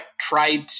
tried